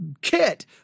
kit